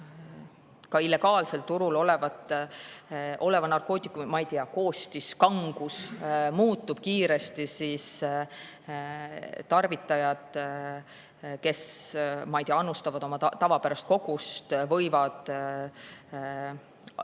Kui illegaalsel turul oleva narkootikumi, ma ei tea, koostis, kangus muutub kiiresti, siis tarvitajad, kes annustavad oma tavapärast kogust, võivad